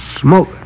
smoke